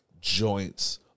joints